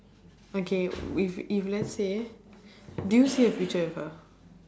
okay with if let's say do you see a future with her